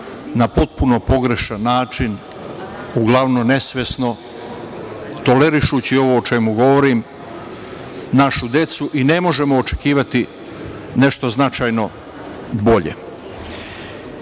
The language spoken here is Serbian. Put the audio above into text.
na potpuno pogrešan način, uglavnom nesvesno, tolerišući ovo o čemu govorim, našu decu i ne možemo očekivati nešto značajno bolje. Mi